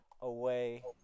away